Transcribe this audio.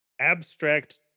abstract